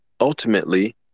Ultimately